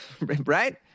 Right